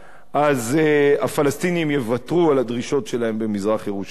אז הפלסטינים יוותרו על הדרישות שלהם במזרח-ירושלים,